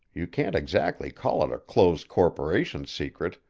you can't exactly call it a close-corporation secret,